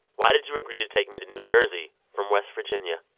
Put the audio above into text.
why did you agree to take me to new jersey from west virginia?